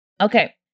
Okay